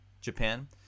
Japan